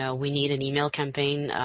so we need an email campaign.